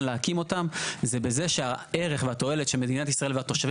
להקים אותם זה בזה שהערך והתועלת שמדינת ישראל והתושבים